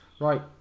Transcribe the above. Right